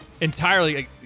entirely –